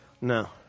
No